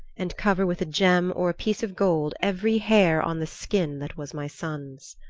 and cover with a gem or a piece of gold every hair on the skin that was my son's.